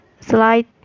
slide